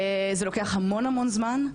זה לוקח המון המון זמן,